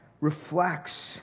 reflects